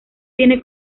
tiene